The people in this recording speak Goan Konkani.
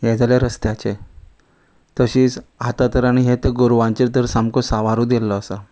हे जाल्या रस्त्याचे तशीच आतां तर आनी हे गोरवांचेर तर सामको सांवारू दिल्लो आसा